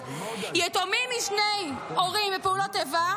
יתומים משני הורים בפעולות איבה,